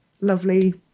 lovely